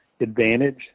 advantage